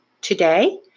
today